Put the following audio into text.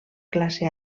classe